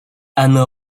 оно